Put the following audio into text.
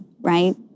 right